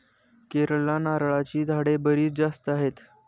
केरळला नारळाची झाडे बरीच जास्त आहेत